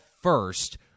first